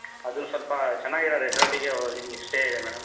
ಅದು ಸ್ವಲ್ಪ ಚೆನ್ನಾಗಿರೊ ರೆಸಾರ್ಟಿಗೆ ಹೋಗಿ ನಿಮಗೆ ಸ್ಟೇ ಇದೆ ಮೇಡಮ್